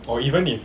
or even if